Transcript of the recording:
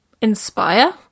inspire